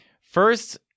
First